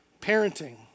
parenting